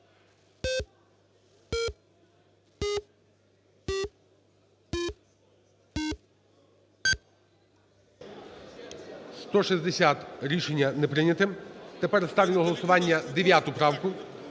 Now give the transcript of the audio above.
160. Рішення не прийняте. Тепер ставлю на голосування 9 правку,